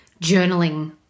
journaling